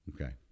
Okay